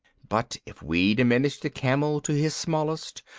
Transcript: but if we diminish the camel to his smallest,